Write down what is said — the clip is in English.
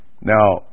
Now